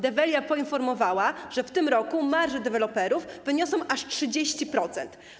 Develia poinformowała, że w tym roku marże deweloperów wyniosą aż 30%.